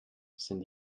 sind